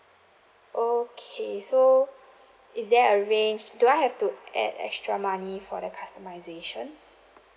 okay so is there a range do I have to add extra money for the customisation